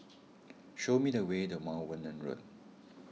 show me the way to Mount Vernon Road